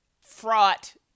fraught